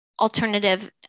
alternative